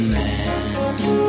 man